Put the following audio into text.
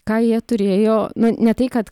ką jie turėjo na ne tai kad